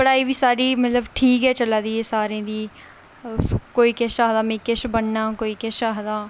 पढाई बी साढ़ी मतलब ठीक गै चला दी ऐ सारें दी कोई किश आखदा में किश बनना कोई किश आखदा